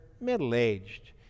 middle-aged